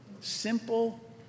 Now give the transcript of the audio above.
Simple